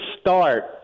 start